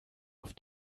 auf